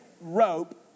rope